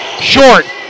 short